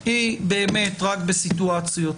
היא באמת רק בסיטואציות